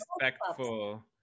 respectful